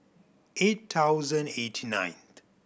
eight thousand eighty ninth